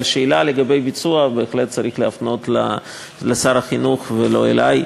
אבל שאלה לגבי הביצוע בהחלט צריך להפנות לשר החינוך ולא אלי,